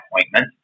appointment